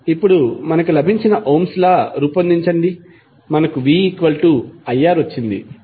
ఇప్పుడు మనకు లభించిన ఓమ్స్ లా Ohms lawను రూపొందించండి మనకు viR వచ్చింది